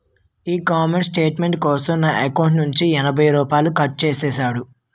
ఈ comment statement కోసం నా ఎకౌంటు నుంచి యాభై రూపాయలు కట్టు చేసేసాడు